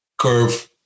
curve